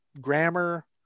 grammar